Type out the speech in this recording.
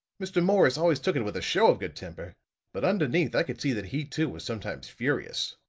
mr. morris always took it with a show of good temper but underneath i could see that he too was sometimes furious.